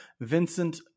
Vincent